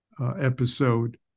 episode